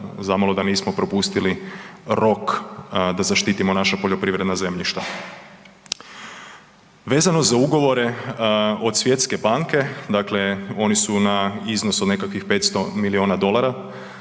zamalo da nismo propustili rok da zaštitimo naša poljoprivredna zemljišta. Vezano za ugovore od Svjetske banke, dakle oni su na iznosu od nekakvih 500 milijuna dolara,